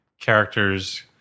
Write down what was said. characters